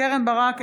קרן ברק,